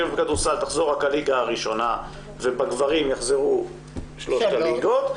ובכדורסל תחזור רק הליגה הראשונה ובגברים יחזרו שלוש הליגות,